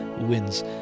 wins